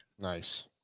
Nice